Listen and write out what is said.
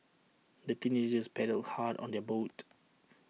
the teenagers paddled hard on their boat